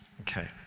Okay